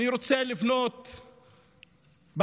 אני רוצה לפנות בערבית,